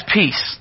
peace